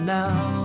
now